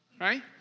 Right